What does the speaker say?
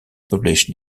published